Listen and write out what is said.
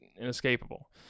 inescapable